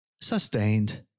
Sustained